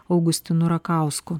augustinu rakausku